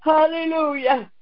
Hallelujah